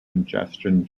congestion